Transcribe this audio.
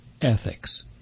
ethics